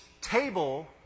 table